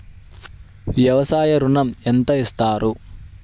వ్యవసాయ ఋణం ఎంత ఇస్తారు?